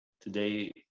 today